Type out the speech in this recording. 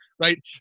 right